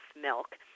milk